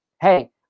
Hey